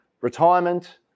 retirement